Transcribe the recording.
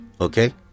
okay